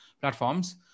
platforms